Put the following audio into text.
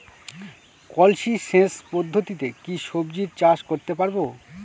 কলসি সেচ পদ্ধতিতে কি সবজি চাষ করতে পারব?